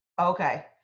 Okay